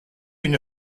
une